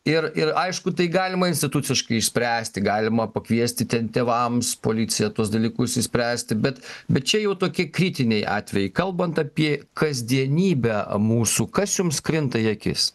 ir ir aišku tai galima instituciškai išspręsti galima pakviesti ten tėvams policija tuos dalykus išspręsti bet bet čia jau tokie kritiniai atvejai kalbant apie kasdienybę mūsų kas jums krinta į akis